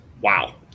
Wow